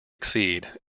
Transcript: exceed